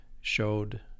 showed